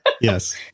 Yes